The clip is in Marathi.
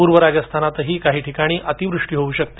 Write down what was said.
पूर्व राजस्थानातही काही ठिकाणी अतिवृष्टी होऊ शकते